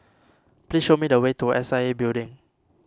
please show me the way to S I A Building